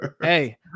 hey